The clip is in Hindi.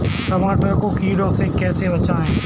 टमाटर को कीड़ों से कैसे बचाएँ?